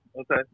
okay